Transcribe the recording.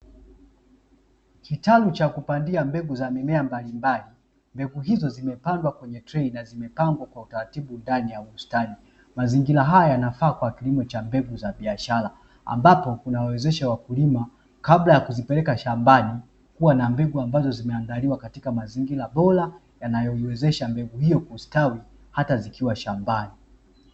Kitalu cha kupandia mbegu za mimea mbalimbali, mbegu hizo zimepandwa kwenye trei na zimepangwa kwa utaratibu ndani ya bustani, mazingira haya yanafaa kwa kilimo cha mbegu za biashara ambapo kunawawezesha wakulima kabla ya kuzipeleka shambani kuwa na mbegu ambazo zimeandaliwa katika mazingira bora yanayoiwezesha mbegu hiyo kustawi hata zikiwa shambani